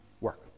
work